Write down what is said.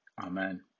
Amen